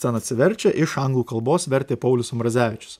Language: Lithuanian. ten atsiverčia iš anglų kalbos vertė paulius ambrazevičius